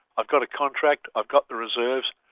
i've got a contract, i've got the reserves,